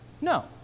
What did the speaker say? No